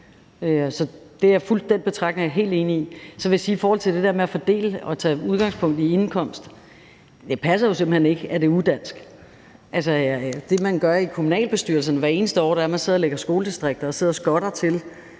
mange år. Så den betragtning er jeg helt enig i. Så vil jeg sige i forhold til det der med at fordele og tage udgangspunkt i indkomst, at det jo simpelt hen ikke passer, at det er udansk. Det, man gør i kommunalbestyrelserne hvert eneste år, man sidder og lægger skoledistrikter, er, at man sidder og skotter til,